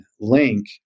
link